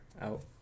out